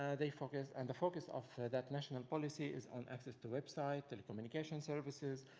they focus and focus of that national policy is on access to website, telecommunication services,